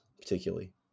particularly